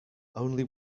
only